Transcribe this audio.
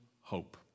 hope